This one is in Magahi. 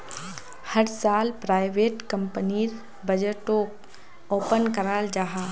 हर साल प्राइवेट कंपनीर बजटोक ओपन कराल जाहा